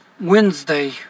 Wednesday